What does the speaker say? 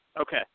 Okay